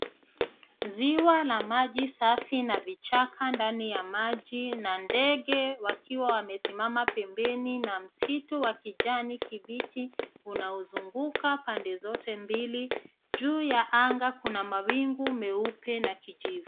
Ziwa la maji safi na vichaka ndani ya maji na ndege wakiwa wamesimama pembeni na msitu wa kijani kibichi unaozunguka pande zote mbili, juu ya anga kuna mawingu meupe na kijivu.